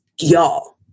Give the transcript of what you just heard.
y'all